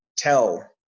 Tell